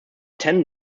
ten